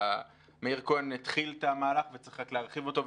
מאיר כהן התחיל את המהלך וצריך להרחיב אותו,